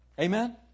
Amen